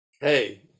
Hey